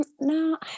No